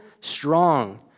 strong